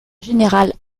général